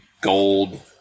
gold